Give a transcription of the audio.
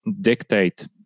dictate